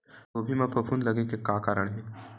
गोभी म फफूंद लगे के का कारण हे?